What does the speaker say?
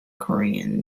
korean